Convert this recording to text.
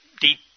deep